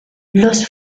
los